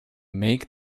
make